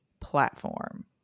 platform